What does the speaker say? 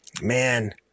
Man